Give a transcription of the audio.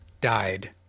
Died